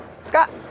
Scott